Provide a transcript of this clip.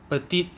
petite